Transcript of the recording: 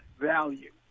value